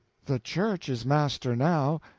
the church is master now.